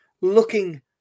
looking